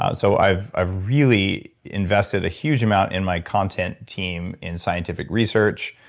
ah so i've i've really invested a huge amount in my content team in scientific research.